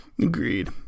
Agreed